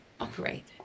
operate